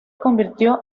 convirtió